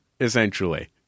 essentially